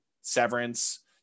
Severance